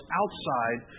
outside